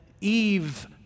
Eve